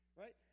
right